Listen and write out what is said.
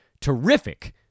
terrific